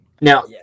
Now